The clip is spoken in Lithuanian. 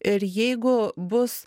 ir jeigu bus